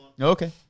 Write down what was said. Okay